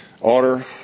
order